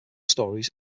stories